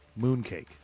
Mooncake